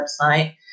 website